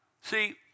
See